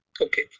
Okay